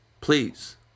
please